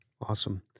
awesome